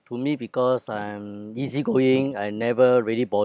to me because I'm easy-going I never really